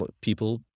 people